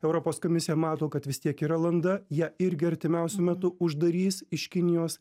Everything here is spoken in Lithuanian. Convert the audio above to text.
europos komisija mato kad vis tiek yra landa jie irgi artimiausiu metu uždarys iš kinijos